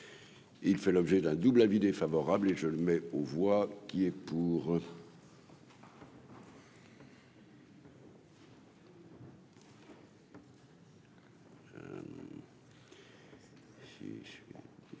Il fait l'objet d'un double avis défavorable et je le mets aux voix qui est pour.